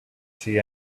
see